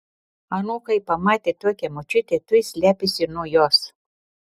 anūkai pamatę tokią močiutę tuoj slepiasi nuo jos